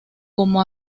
como